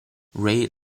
rail